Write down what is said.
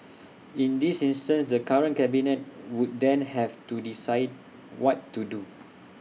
in this instance the current cabinet would then have to decide what to do